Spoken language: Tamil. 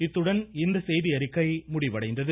இத்துடன் இந்த செய்தியறிக்கை முடிவடைந்தது